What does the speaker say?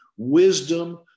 wisdom